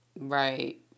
right